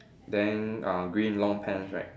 then uh green long pants right